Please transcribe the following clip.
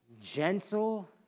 gentle